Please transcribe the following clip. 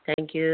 thank you